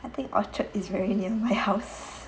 I think orchard is very near my house